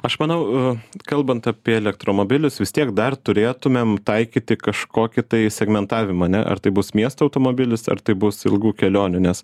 aš manau kalbant apie elektromobilius vis tiek dar turėtumėm taikyti kažkokį tai segmentavimą ane ar tai bus miesto automobilis ar tai bus ilgų kelionių nes